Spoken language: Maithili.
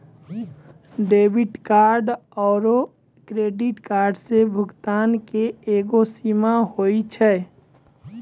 डेबिट कार्ड आरू क्रेडिट कार्डो से भुगतानो के एगो सीमा होय छै